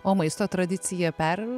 o maisto tradicija per